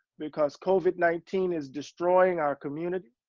because covid nineteen is destroying our community.